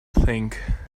think